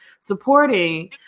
supporting